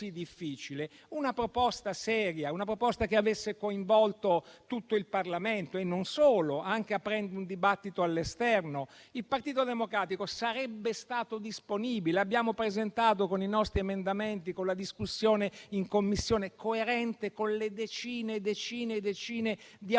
una proposta seria, che avesse coinvolto tutto il Parlamento e non solo, anche aprendo un dibattito all'esterno. Il Partito Democratico sarebbe stato disponibile. Abbiamo presentato con i nostri emendamenti, con la discussione in Commissione, coerente con le decine e decine di audizioni